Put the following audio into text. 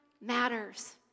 matters